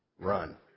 Run